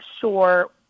sure